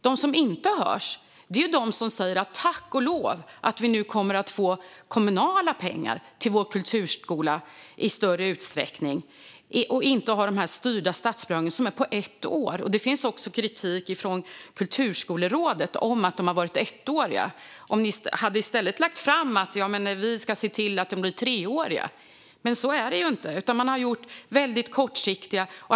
De som inte hörs är de som säger: Tack och lov för att vi nu kommer att få kommunala pengar till vår kulturskola i större utsträckning, i stället för att ha styrda statsbidrag på ett år i taget! Det finns också kritik från Kulturskolerådet om att bidragen har varit ettåriga. Ni kunde väl åtminstone ha lagt fram förslag om att de skulle bli treåriga? Men så är det inte. Man har gjort väldigt kortsiktiga insatser.